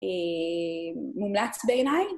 ומומלץ בעיניי.